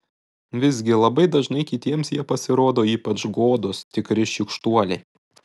visgi labai dažnai kitiems jie pasirodo ypač godūs tikri šykštuoliai